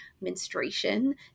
menstruation